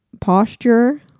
posture